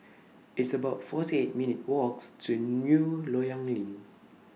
It's about forty eight minutes' Walks to New Loyang LINK